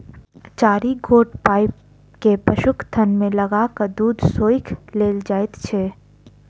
चारि गोट पाइप के पशुक थन मे लगा क दूध सोइख लेल जाइत छै